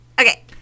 Okay